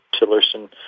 Tillerson